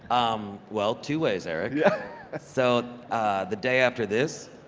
um well, two ways eric, yeah so the day after this,